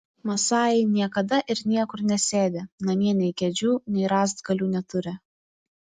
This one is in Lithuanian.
masajai niekada ir niekur nesėdi namie nei kėdžių nei rąstgalių neturi